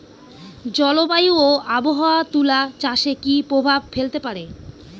জলবায়ু ও আবহাওয়া তুলা চাষে কি প্রভাব ফেলতে পারে?